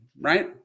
right